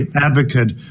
advocate